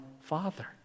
Father